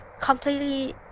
completely